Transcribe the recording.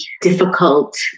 difficult